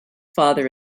father